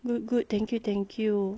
good good thank you thank you